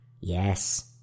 Yes